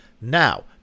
Now